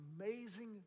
amazing